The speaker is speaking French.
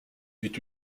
est